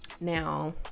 Now